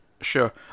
Sure